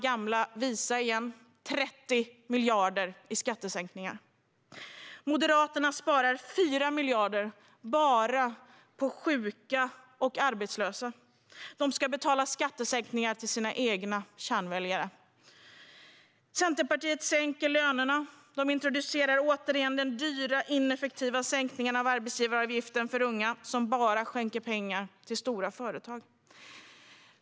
Bara på sjuka och arbetslösa sparar Moderaterna in 4 miljarder för att betala skattesänkningar till sina kärnväljare. Centerpartiet sänker lönerna. De introducerar åter den dyra och ineffektiva sänkningen av arbetsgivaravgiften för unga, något som bara skänker pengar till stora företag.